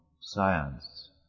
science